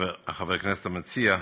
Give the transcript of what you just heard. חבר הכנסת המציע,